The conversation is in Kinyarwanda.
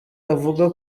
avuga